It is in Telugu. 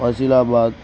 మసిలాబాద్